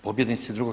Pobjednici II.